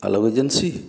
ଆଲବ୍ agency